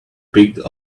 picked